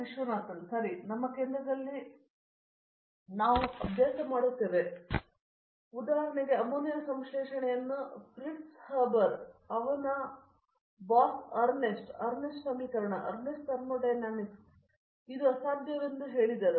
ವಿಶ್ವನಾಥನ್ ಸರಿ ಇದು ನಮ್ಮ ಕೇಂದ್ರದಲ್ಲಿ ನಾವು ಉದಾಹರಣೆಗಾಗಿ ಅಭ್ಯಾಸ ಮಾಡುತ್ತಿದ್ದೇವೆ ನಾನು ನಿಮಗೆ ಒಂದು ಉದಾಹರಣೆ ಹೇಳುತ್ತೇನೆ ಆಗ ನೀವು ಈ ಉದಾಹರಣೆಯು ಅಮೋನಿಯಾ ಸಂಶ್ಲೇಷಣೆಯನ್ನು ಫ್ರಿಟ್ಜ್ ಹಬರ್ ಅವನ ಬಾಸ್ ಎರ್ನೆಸ್ಟ್ ಅರ್ನೆಸ್ಟ್ ಸಮೀಕರಣ ಅರ್ನೆಸ್ಟ್ ಥರ್ಮೊಡೈನಾಮಿಕ್ಸ್ ಪುಟ್ ಮತ್ತು ಇದು ಅಸಾಧ್ಯವೆಂದು ಹೇಳಿದರು